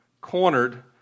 Cornered